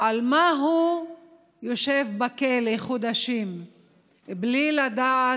על מה הוא יושב בכלא חודשים בלי לדעת,